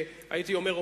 הייתי אומר,